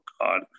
God